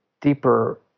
deeper